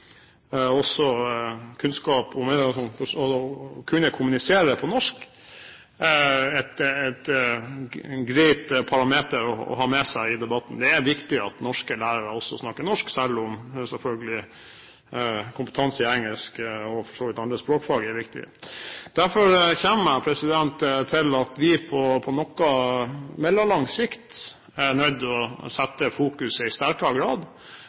å kunne kommunisere på norsk, et greit parameter å ha med seg i debatten. Det er viktig at norske lærere også snakker norsk, selv om selvfølgelig kompetanse i engelsk, og for så vidt andre språkfag, er viktig. Derfor kommer jeg til at vi på mellomlang sikt er nødt til i sterkere grad